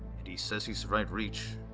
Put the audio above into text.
and he says he survived reach,